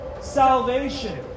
Salvation